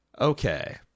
okay